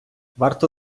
варто